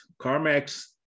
CarMax